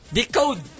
Decode